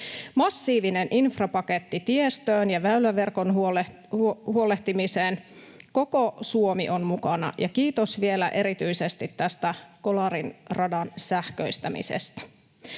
massiivinen infrapaketti tiestöön ja väyläverkon huolehtimiseen. Koko Suomi on mukana, ja kiitos vielä erityisesti tästä Kolarin radan sähköistämisestä.